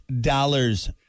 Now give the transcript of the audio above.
dollars